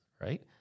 right